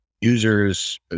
users